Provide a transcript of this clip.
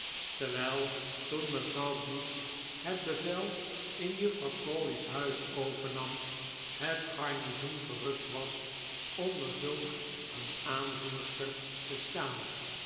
terwijl toen mevrouw bute het bevel in juffrouw crawley's huis overnam het garnizoen verrukt was onder zulk een aanvoerster te staan